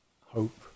hope